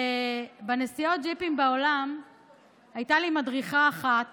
ובנסיעות הג'יפים בעולם הייתה לי מדריכה אחת